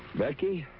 becky,